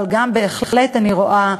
אבל בהחלט אני גם רואה,